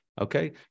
okay